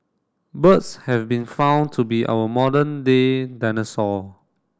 birds have been found to be our modern day dinosaur